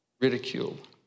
ridiculed